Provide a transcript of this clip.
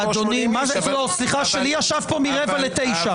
אדוני, שלי ישב פה מ-08:45.